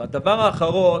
הדבר האחרון